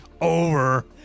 Over